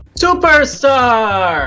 superstar